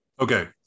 Okay